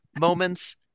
moments